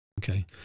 Okay